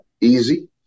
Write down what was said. easy